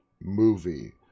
movie